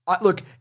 Look